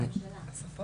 בהחלט, סיכמנו.